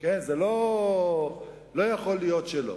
לא יכול להיות שלא.